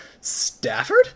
Stafford